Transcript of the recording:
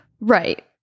Right